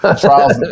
Trials